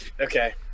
Okay